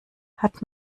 hat